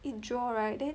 it draw right then